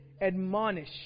Admonish